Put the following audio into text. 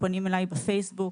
בפייסבוק,